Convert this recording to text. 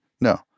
No